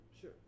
Sure